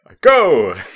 Go